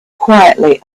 quietly